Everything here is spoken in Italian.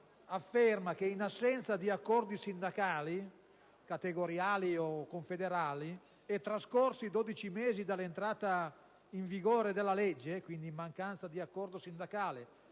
afferma che, in assenza di accordi sindacali, categoriali o confederali, e trascorsi dodici mesi dall'entrata in vigore della legge (quindi in mancanza di accordo sindacale